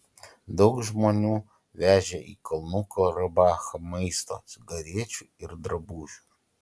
daug žmonių vežė į kalnų karabachą maisto cigarečių ir drabužių